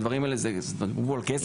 הדברים האלה, אתם מדברים על כסף?